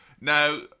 now